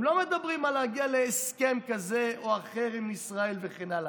הם לא מדברים על להגיע להסכם כזה או אחר עם ישראל וכן הלאה,